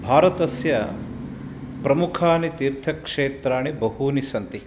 भारतस्य प्रमुखानि तीर्थक्षेत्राणि बहूनि सन्ति